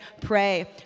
pray